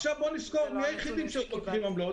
עכשיו, בואו נזכור מי היחידים שעוד לוקחים עמלות?